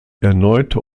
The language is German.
erneute